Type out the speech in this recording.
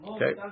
Okay